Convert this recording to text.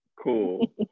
cool